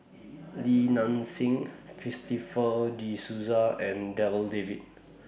Li Nanxing Christopher De Souza and Darryl David